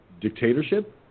dictatorship